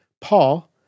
Paul